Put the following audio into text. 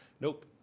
Nope